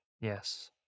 yes